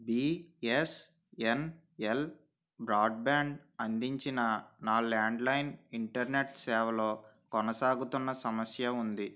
be S N L broadband అందించిన నా landline internet సేవలో కొనసాగుతున్న సమస్య ఉంది